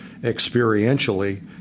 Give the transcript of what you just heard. experientially